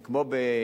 זה כמו בארנונה